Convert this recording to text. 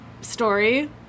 story